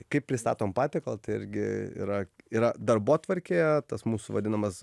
kaip pristatom patiekalą tai irgi yra yra darbotvarkėje tas mūsų vadinamas